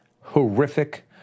horrific